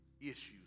issues